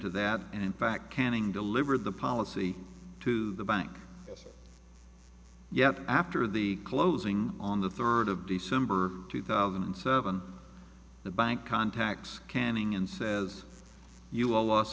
to that and in fact canning delivered the policy to the bank yet after the closing on the third of december two thousand and seven the bank contacts canning and says you all loss